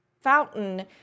fountain